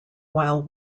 while